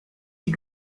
die